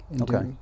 Okay